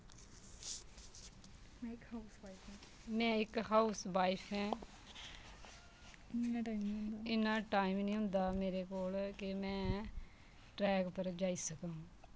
में इक house wife ऐं इन्ना टाइम निं होंदा मेरे कोल कि में ट्रैक उप्पर जाई सकां